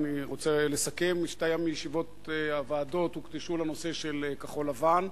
אני רוצה לסכם שתיים מישיבות הוועדות הוקדשו לנושא כחול-לבן.